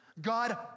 God